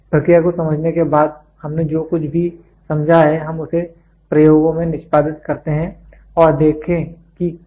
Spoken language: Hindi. प्रक्रिया को समझने के बाद हमने जो कुछ भी समझा है हम उसे प्रयोगों में निष्पादित करते हैं और देखें कि क्या यह आ रहा है